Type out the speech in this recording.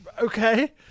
Okay